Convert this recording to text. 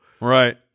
Right